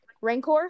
Rancor